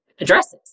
addresses